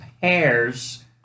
pairs